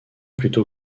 plutôt